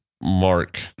Mark